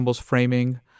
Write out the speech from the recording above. framing